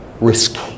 risky